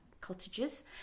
cottages